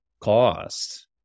cost